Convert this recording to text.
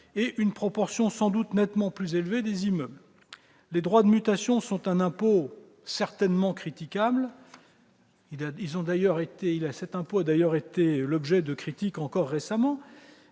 et une proportion sans doute nettement plus élevée des immeubles. Les droits de mutation sont un impôt certainement critiquable, qui a d'ailleurs été encore récemment